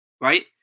right